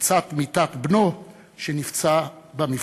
לצד מיטת בנו שנפצע במבצע.